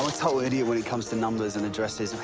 ah total idiot when it comes to numbers and addresses.